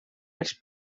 els